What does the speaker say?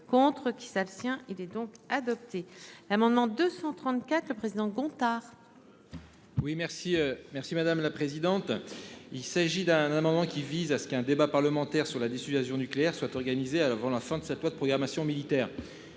contre qui s'abstient et des donc adopté l'amendement 234 le président Gontard. Oui merci merci madame la présidente. Il s'agit d'un amendement qui vise à ce qu'un débat parlementaire sur la dissuasion nucléaire soit organisé avant la fin de cette loi de programmation militaire.